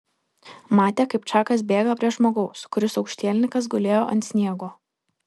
matė kaip čakas bėga prie žmogaus kuris aukštielninkas gulėjo ant sniego